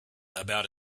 about